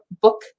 book